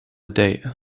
date